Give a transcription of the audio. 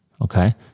Okay